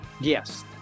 yes